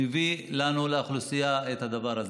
מביא לנו, לאוכלוסייה, את הדבר הזה.